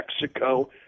Mexico